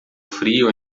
frio